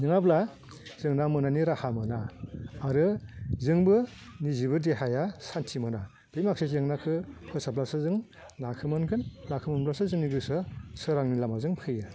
नङाब्ला जों ना मोन्नायनि राहा मोना आरो जोंबो निजेबो देहाया सान्थि मोना बे माखासे जेंनाखौ फोसाबब्लासो जों नाखौ मोनगोन नाखौ मोनब्लासो जोंनि गोसोआ सोरांनि लामाजों फैयो